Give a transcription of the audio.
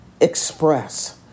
express